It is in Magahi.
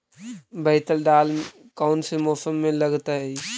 बैतल दाल कौन से मौसम में लगतैई?